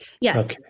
Yes